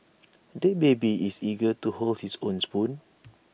the baby is eager to hold his own spoon